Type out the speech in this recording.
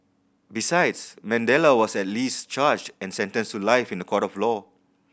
besides Mandela was at least charged and sentenced to life in a court of law